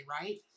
right